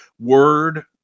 word